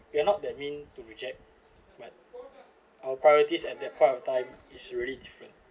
we're not that mean to reject but our priorities at that point of time is really different